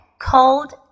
cold